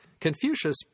Confucius